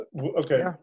Okay